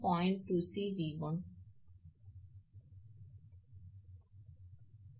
எனவே நீங்கள் 𝑉2 என்பது 1